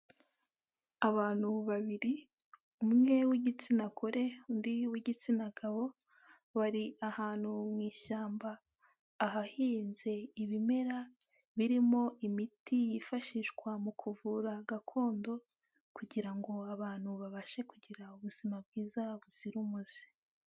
Abantu babiri umwe w'igitsina gore, undi w'igitsina gabo, bari ahantu mu ishyamba, ahahinze ibimera birimo imiti yifashishwa mu kuvura gakondo, kugira ngo abantu babashe kugira ubuzima bwiza buzira umuze.